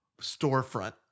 storefront